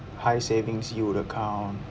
high savings yield account